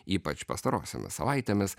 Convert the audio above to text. ypač pastarosiomis savaitėmis